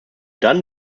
dann